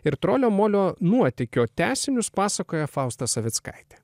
ir trolio molio nuotykio tęsinius pasakoja fausta savickaitė